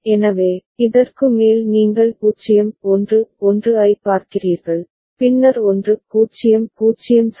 எனவே இதற்கு மேல் நீங்கள் 0 1 1 ஐப் பார்க்கிறீர்கள் பின்னர் 1 0 0 சரி